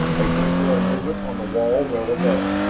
a flicker of movement on the wall well above.